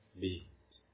beings